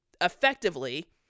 effectively